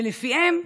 ולפיהם,